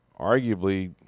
arguably